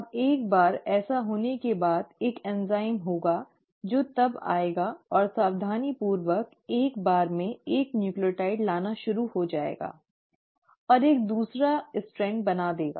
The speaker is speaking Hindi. अब एक बार ऐसा होने के बाद एक एंजाइम होगा जो तब आएगा और सावधानीपूर्वक एक बार में 1 न्यूक्लियोटाइड लाना शुरू हो जाएगा और एक दूसरा स्ट्रैंड बना देगा